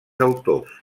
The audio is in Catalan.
autors